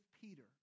Peter